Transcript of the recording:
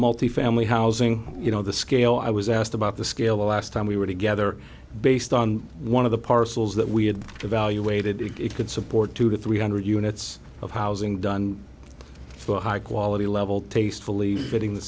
multi family housing you know the scale i was asked about the scale last time we were together based on one of the parcels that we had evaluated it could support two to three hundred units of housing done for high quality level tastefully fitting the